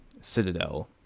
citadel